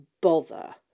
bother